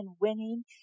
winning